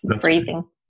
Freezing